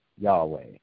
Yahweh